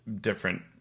different